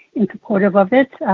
in supportive of it.